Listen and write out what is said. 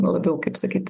labiau kaip sakyt